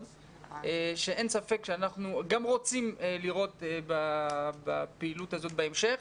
שאין ספק שאנחנו גם רוצים לראות בפעילות הזאת בהמשך,